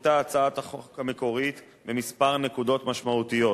שונתה הצעת החוק המקורית בכמה נקודות משמעותיות: